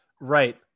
Right